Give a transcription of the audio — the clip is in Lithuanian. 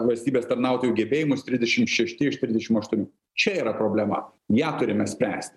valstybės tarnautojų gebėjimus trisdešim šešti iš trisdešim aštuonių čia yra problema ją turime spręsti